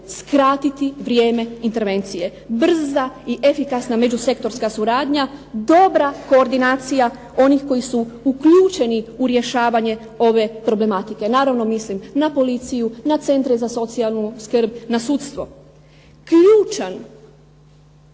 skratiti vrijeme intervencije. Brza i efikasna međusektorska suradnja, dobra koordinacija onih koji su uključeni u rješavanje ove problematike. Naravno mislim na policiju, na centre za socijalnu skrb, na sudstvo. Ključna